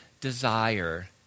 desire